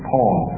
Paul